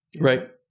Right